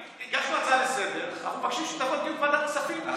הגשנו הצעה לסדר-היום ואנחנו מבקשים שתעבור לדיון בוועדת כספים.